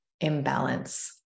imbalance